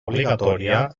obligatòria